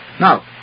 now